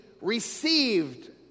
received